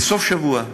לסוף שבוע,